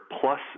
plus